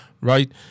right